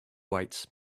weights